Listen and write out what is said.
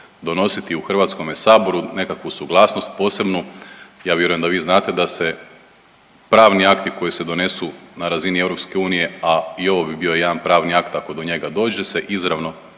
donositi u Hrvatskome saboru nekakvu suglasnost posebnu ja vjerujem da vi znate da se pravni akti koji se donesu na razini EU, a i ovo bi bio jedan pravni akt ako do njega dođe se izravno